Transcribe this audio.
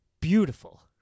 beautiful